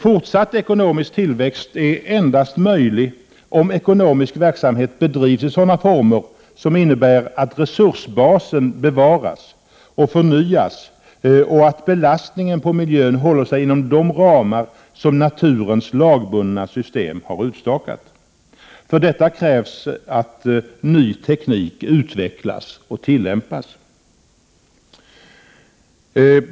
Fortsatt ekonomisk tillväxt är endast möjlig om ekonomisk verksamhet bedrivs i sådana former, som innebär att resursbasen bevaras och förnyas och att belastningen på miljön håller sig inom de ramar som naturens lagbundna system har utstakat. För detta krävs att ny teknik utvecklas och tillämpas.